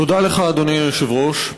תודה לך, אדוני היושב-ראש,